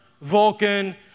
Vulcan